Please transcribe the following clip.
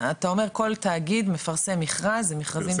תאגיד מפרסם מכרז, מכרזים